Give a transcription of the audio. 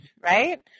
right